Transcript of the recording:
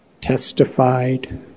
testified